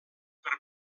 per